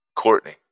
Courtney